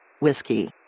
Whiskey